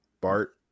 Bart